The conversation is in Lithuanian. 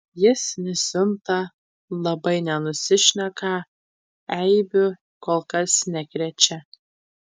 jis nesiunta labai nenusišneka eibių kol kas nekrečia